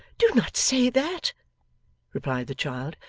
do not say that replied the child,